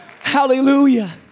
Hallelujah